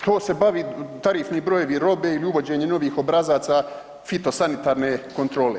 To se bavi tarifni brojevi robe ili uvođenje novih obrazaca fito sanitarne kontrole.